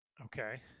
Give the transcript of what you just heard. Okay